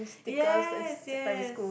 yes yes